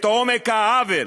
את עומקו של העוול.